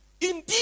Indeed